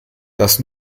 das